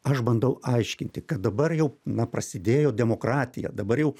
aš bandau aiškinti kad dabar jau na prasidėjo demokratija dabar jau